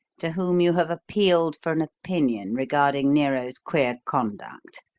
to whom you have appealed for an opinion, regarding nero's queer conduct.